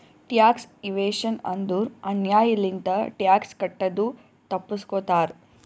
tax evasion ಅಂದುರ್ ಅನ್ಯಾಯ್ ಲಿಂತ ಟ್ಯಾಕ್ಸ್ ಕಟ್ಟದು ತಪ್ಪಸ್ಗೋತಾರ್